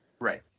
Right